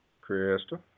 Crystal